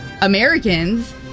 Americans